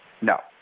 No